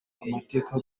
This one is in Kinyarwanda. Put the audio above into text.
amateka